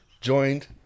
joined